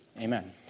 Amen